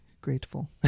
grateful